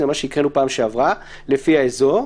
זה מה שהקראנו בפעם שעברה" לפי האזור,